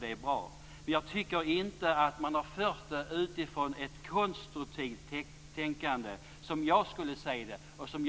Det är bra. Men jag tycker inte att de har fört dem utifrån ett konstruktivt tänkande såsom jag skulle vilja se och önska det.